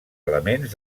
elements